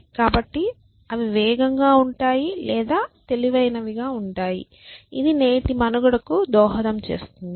కాబట్టి అవి వేగంగా ఉంటాయి లేదా తెలివైనవి ఇది నేటి మనుగడకు దోహదం చేస్తుంది